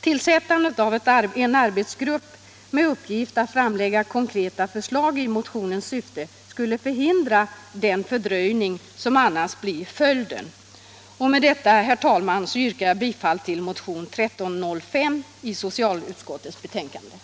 Tillsättandet av en arbetsgrupp med uppgift att framlägga konkreta förslag i motionens syfte skulle förhindra den fördröjning som annars blir följden. Herr talman! Med det anförda yrkar jag bifall till motionen 1305.